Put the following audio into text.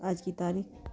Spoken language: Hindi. आज की तारीख़